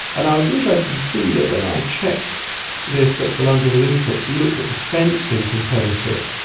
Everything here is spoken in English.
and i was interested to see that when i checked this at the london olympics, you looked at the fencing competitors,